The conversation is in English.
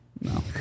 No